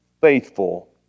faithful